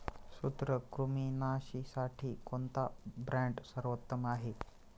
सूत्रकृमिनाशीसाठी कोणता ब्रँड सर्वोत्तम आहे?